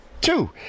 two